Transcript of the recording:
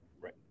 right